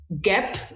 gap